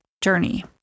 journey